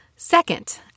Second